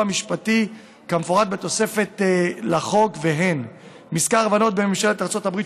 משפטי מפורטת בתוספת השנייה לחוק: מזכר ההבנות בין ממשלת ארצות הברית